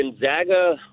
Gonzaga